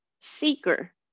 seeker